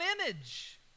image